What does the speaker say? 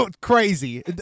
crazy